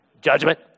Judgment